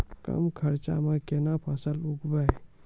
कम खर्चा म केना फसल उगैबै?